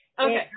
okay